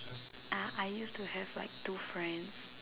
uh I used to have like two friends